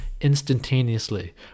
instantaneously